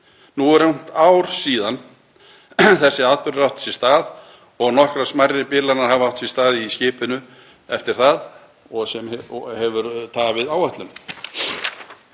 Nú er rúmt ár síðan þessi atburður átti sér stað og nokkrar smærri bilanir hafa átt sér stað í skipinu eftir það, og hefur það tafið áætlun.